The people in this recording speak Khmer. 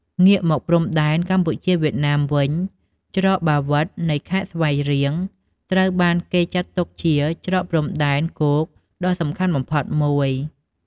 ងាកមកព្រំដែនកម្ពុជា-វៀតណាមវិញ ច្រកបាវិត នៃខេត្តស្វាយរៀងត្រូវបានគេចាត់ទុកជាច្រកព្រំដែនគោកដ៏សំខាន់បំផុតមួយ។